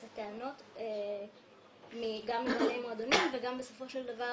זה טענות גם ממועדונים וגם בסופו של דבר